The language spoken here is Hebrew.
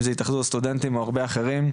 אם זה התאחדות הסטודנטים ועוד הרבה אחרים,